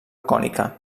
cònica